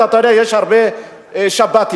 יש הרבה שב"תים,